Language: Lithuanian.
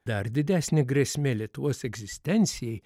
dar didesnė grėsmė lietuvos egzistencijai